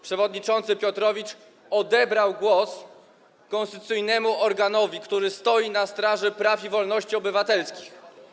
Przewodniczący Piotrowicz odebrał głos konstytucyjnemu organowi, który stoi na straży praw i wolności obywatelskich.